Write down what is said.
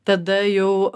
tada jau